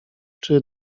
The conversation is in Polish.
czy